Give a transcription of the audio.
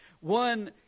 one